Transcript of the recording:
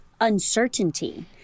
uncertainty